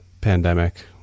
pandemic